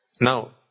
Now